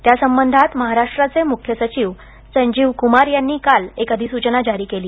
त्यासंबंधात महाराष्ट्राचे मुख्य सचिव संजीव कुमार यांनी काल एक अधिसूचना जारी केली